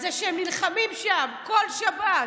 על זה שהם נלחמים שם כל שבת,